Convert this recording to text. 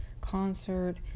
concert